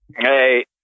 Hey